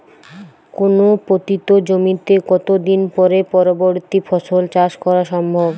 কোনো পতিত জমিতে কত দিন পরে পরবর্তী ফসল চাষ করা সম্ভব?